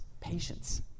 Patience